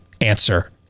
answer